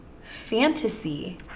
Fantasy